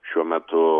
šiuo metu